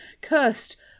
cursed